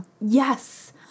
Yes